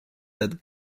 that